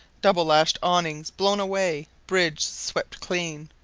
double-lashed awnings blown away, bridge swept clean,